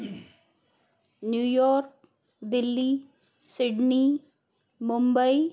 New York Delhi Sydney Mumbai